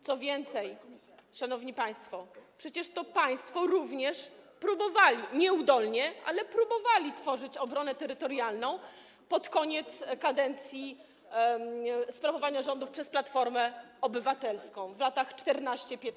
Co więcej, szanowni państwo, przecież to państwo również próbowali - nieudolnie, ale próbowali - tworzyć obronę terytorialną pod koniec kadencji sprawowania rządów przez Platformę Obywatelską w latach 2014–2015.